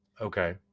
Okay